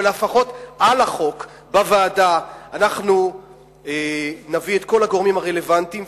אבל לפחות בוועדה אנחנו נביא את כל הגורמים הרלוונטיים,